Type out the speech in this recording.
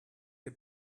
him